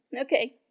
Okay